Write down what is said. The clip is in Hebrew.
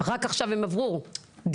רק עכשיו הם עברו דירה,